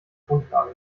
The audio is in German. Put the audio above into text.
grundlage